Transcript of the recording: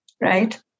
right